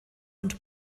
und